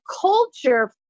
culture